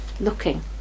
Looking